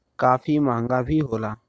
काफी महंगा भी होला